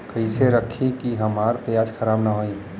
कइसे रखी कि हमार प्याज खराब न हो?